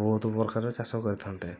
ବହୁତ ପ୍ରକାର ଚାଷ କରିଥାନ୍ତେ